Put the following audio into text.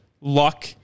luck